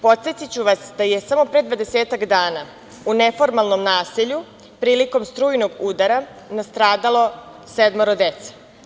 Podsetiću vas da je samo pre dvadesetak dana u neformalnom naselju prilikom strujnog udara nastradalo sedmoro dece.